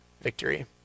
victory